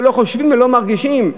ולא חושבים ולא מרגישים.